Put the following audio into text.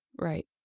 Right